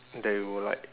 that you will like